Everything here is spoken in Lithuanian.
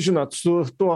žinot su tuo